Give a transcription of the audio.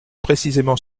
précisément